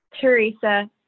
Teresa